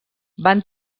van